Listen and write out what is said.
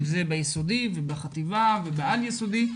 אם זה ביסודי ובחטיבה ובעל-יסודי.